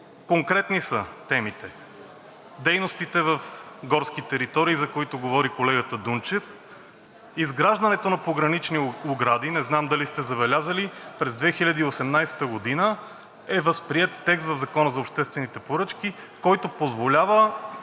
Конкретни са темите – дейностите в горски територии, за които говори колегата Дунчев; изграждането на погранични огради, не знам дали сте забелязали, но през 2018 г. е възприет текст в Закона за обществените поръчки, който позволява